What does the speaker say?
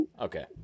Okay